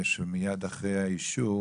גם על זה דיברנו בדיון הקודם,